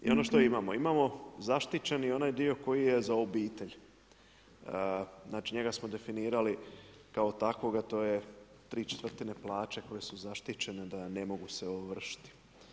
I ono što imamo, imamo zaštićeni onaj dio koji je za obitelj, znači njega smo definirali kao takvoga to je tri četvrtine plaće koje su zaštićene da ne mogu se ovršiti.